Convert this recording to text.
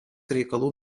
reikalų